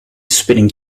spitting